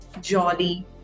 jolly